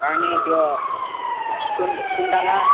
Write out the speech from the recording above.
अनि त्यो सुन् सुन्तला